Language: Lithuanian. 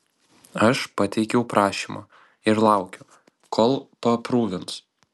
aš pateikiau prašymą ir laukiu kol paaprūvins